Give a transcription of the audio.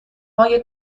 های